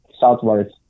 southwards